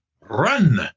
run